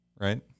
right